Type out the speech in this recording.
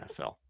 NFL